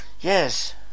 Yes